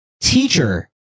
teacher